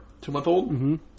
two-month-old